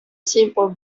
simple